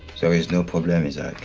so is no problem, isaach.